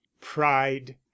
Pride